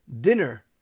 dinner